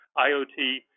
IoT